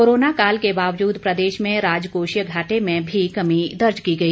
corona काल के बावजूद प्रदेश में राजकोषीय घाटे में भी कमी दर्ज की गई